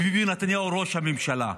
וביבי נתניהו ראש הממשלה.